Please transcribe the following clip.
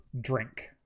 drink